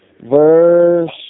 verse